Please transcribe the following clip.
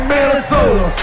Minnesota